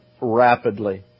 rapidly